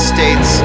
States